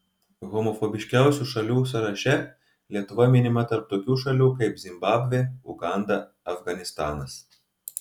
homofobiškiausių šalių sąraše lietuva minima tarp tokių šalių kaip zimbabvė uganda afganistanas